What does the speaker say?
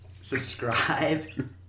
Subscribe